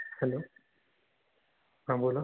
hello हां बोला